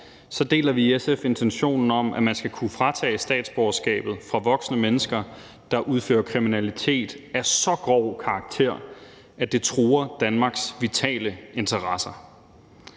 deler vi i SF intentionen om, at man skal kunne fratage statsborgerskabet fra voksne mennesker, der begår kriminalitet af så grov karakter, at det truer Danmarks vitale interesser.